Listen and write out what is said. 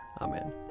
Amen